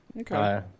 Okay